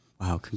Wow